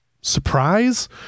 surprise